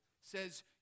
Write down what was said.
says